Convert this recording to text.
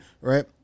right